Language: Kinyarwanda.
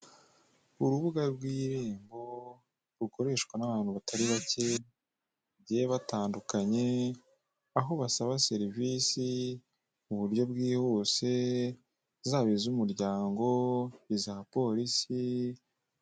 Urubuga rw'irembo rukoreshwa n'abantu batari bake, bagiye batandukanye aho basaba serivisi mu buryo bwihuse, yaba iz'umuryango, iza polisi.